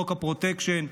חוק הפרוטקשן,